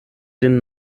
den